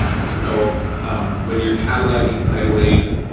so when you're cataloging playaways,